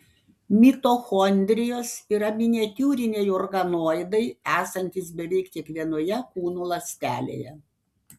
mitochondrijos yra miniatiūriniai organoidai esantys beveik kiekvienoje kūno ląstelėje